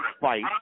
fight